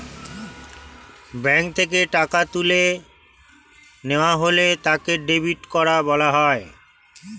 bank থেকে টাকা তুলে নেওয়া হলে তাকে ডেবিট করা বলা হয়